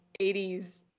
80s